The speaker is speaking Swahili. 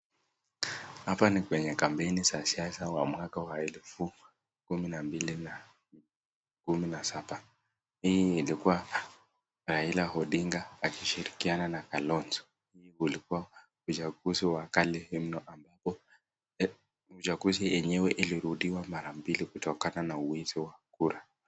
Hapa ni kwenye kampeni za siasa wa mwaka elfu kumi na mbili na kumi na saba. Hii ilikuwa Raila Odinga anashirikiana na Kalonzo. Ulikuwa uchaguzi wa kali mno ambapo uchaguzi yenyewe ilirudiwa mara mbili kutokana na uwizi wa kura.